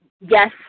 yes